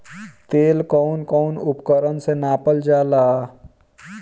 तेल कउन कउन उपकरण से नापल जाला?